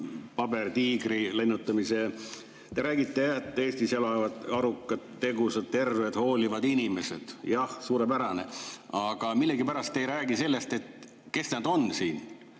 pabertiigri lennutamise kohta! Te räägite, et Eestis elavad arukad, tegusad, terved ja hoolivad inimesed. Jah, suurepärane! Aga millegipärast ei räägi te sellest, kes nad on.